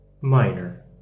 Minor